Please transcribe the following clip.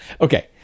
Okay